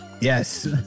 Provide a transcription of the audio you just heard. Yes